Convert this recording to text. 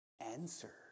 Answer